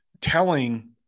telling